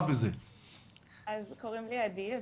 לכולם